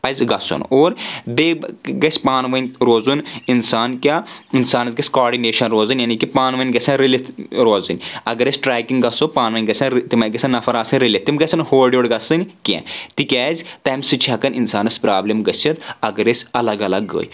پزِ گژھُن اور بیٚیہِ گژھِ پانہٕ ؤنۍ روزُن اِنسان کیاہ اِنسانس گژھِ کوآڈنیشن روزٕنۍ یعنے کہِ پانہٕ ؤنۍ گژھن رٔلِتھ روزٕنۍ اگر أسۍ ٹریکنگ گژھو پانہٕ ؤنۍ گژھن تِمے گژھن نفر آسٕنۍ رٔلِتھ تِم گژھن نہٕ ہور یور گژھٕنۍ کینٛہہ تکیازِ تمہِ سۭتۍ چھِ ہٮ۪کان انسانس پراپلم گٔژھِتھ اگر أسۍ الگ الگ گٔے اور